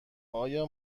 آیا